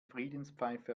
friedenspfeife